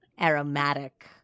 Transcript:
aromatic